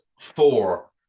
four